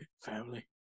family